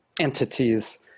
entities